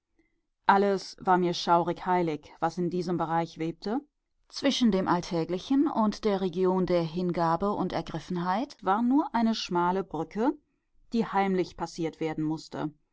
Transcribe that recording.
alles war mir schaurig heilig was in diesem bereich webte zwischen dem alltäglichen und der region der hingabe und ergriffenheit war nur eine schmale brücke die heimlich passiert werden mußte